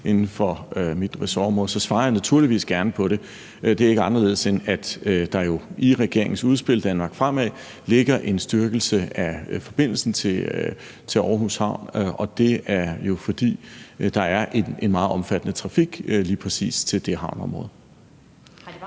inden for mit ressort, for så svarer jeg naturligvis gerne på det. Det er ikke anderledes, end at der jo i regeringens udspil »Danmark fremad – Infrastrukturplan 2035« ligger en styrkelse af forbindelsen til Aarhus Havn, og det er jo, fordi der er en meget omfattende trafik lige præcis til det havneområde.